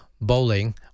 bowling